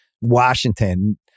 Washington